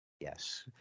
Yes